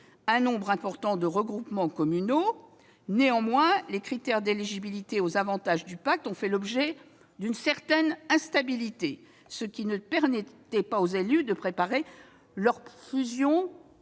un nombre important de regroupements communaux. Néanmoins, les critères d'éligibilité aux avantages du pacte ont fait l'objet d'une certaine instabilité, ce qui ne permettait pas aux élus de préparer leur fusion